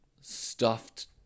Stuffed